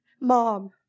mom